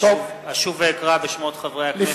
אשוב ואקרא בשמות חברי הכנסת.